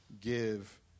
give